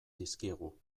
dizkiegu